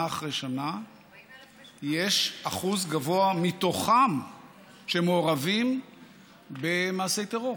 שיזמה חברת הכנסת עאידה תומא דיברנו על נשים בעזה.